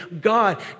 God